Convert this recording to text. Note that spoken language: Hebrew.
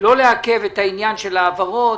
לא לעכב את העניין של ההעברות.